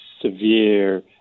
severe